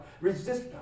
resist